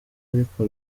ariko